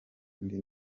kandi